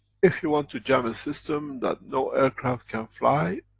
if you want to jam a system, that no aircraft can fly,